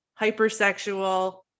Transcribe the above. hypersexual